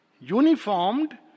uniformed